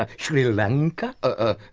ah sri lanka, ah